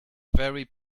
very